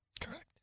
Correct